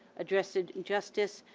address and injustice,